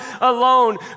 alone